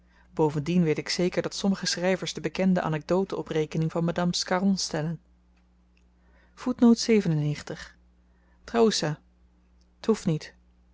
bovendien weet ik zeker dat sommige schryvers de bekende anekdote op rekening van madame scarron stellen traoessa t hoeft niet